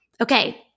Okay